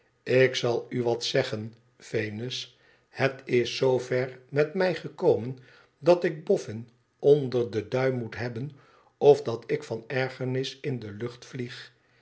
ik zal u wat zeggen venus het is zoo ver met mij gekomen dat ik boffin onder den duim moet hebben of dat ik van ergernis in de lucht vlieg